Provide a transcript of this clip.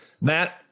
Matt